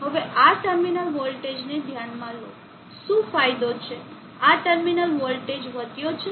હવે આ ટર્મિનલ વોલ્ટેજને ધ્યાનમાં લો શું ફાયદો છે આ ટર્મિનલ વોલ્ટેજ વધ્યો છે